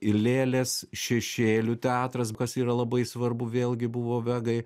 ir lėlės šešėlių teatras kas yra labai svarbu vėlgi buvo vegai